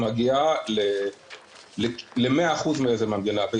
שמגיעה ל-100% מאזרחי המדינה.